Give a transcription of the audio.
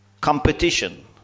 competition